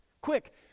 quick